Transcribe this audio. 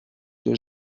que